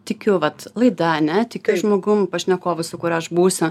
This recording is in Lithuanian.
tikiu vat laida ane tikiu žmogum pašnekovu su kuriuo aš būsiu